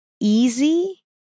easy